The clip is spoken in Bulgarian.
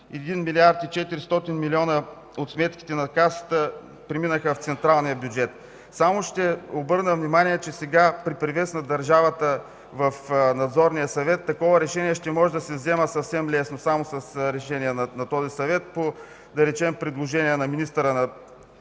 1 млрд. 400 млн. от сметките на Касата преминаха в централния бюджет. Само ще обърна внимание, че сега при превес на държавата в Надзорния съвет такова решение ще може да се взема съвсем лесно – само с решение на този съвет, да речем по предложение на министъра на